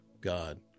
God